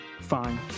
fine